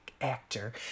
actor